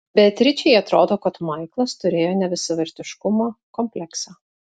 beatričei atrodo kad maiklas turėjo nevisavertiškumo kompleksą